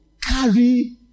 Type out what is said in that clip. carry